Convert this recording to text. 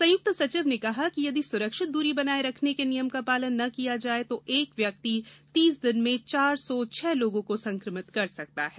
संयुक्त सचिव ने कहा कि यदि सुरक्षित दूरी बनाए रखने के नियम का पालन न किया जाए तो एक व्यक्ति तीस दिन में चार सौ छह लोगों को संक्रमित कर सकता है